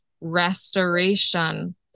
restoration